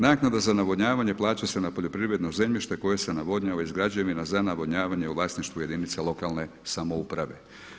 Naknada za navodnjavanje plaća se na poljoprivredno zemljište koje se navodnjava iz građevina za navodnjavanje u vlasništvu jedinica lokalne samouprave.